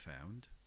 found